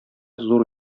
зур